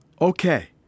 Okay